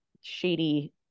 shady